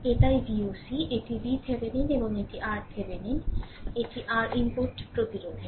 এটাই Voc এটি VThevenin এবং এটি RThevenin এটি আর ইনপুট প্রতিরোধের